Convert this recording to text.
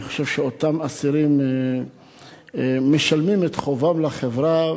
אני חושב שאותם אסירים משלמים את חובם לחברה,